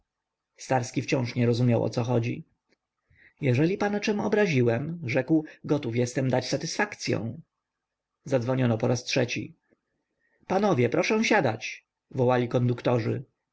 starski wciąż nie rozumiał o co chodzi jeżeli pana czem obraziłem rzekł gotów jestem dać satysfakcyą zadzwoniono po raz trzeci panowie proszę siadać wołali